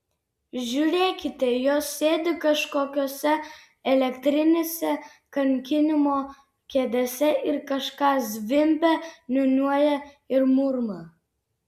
žiūrėkite jos sėdi kažkokiose elektrinėse kankinimo kėdėse ir kažką zvimbia niūniuoja ir murma